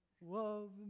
love